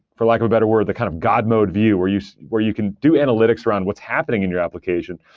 for lack of a better word, the kind of god mode view where you where you can do analytics around what's happening in your application.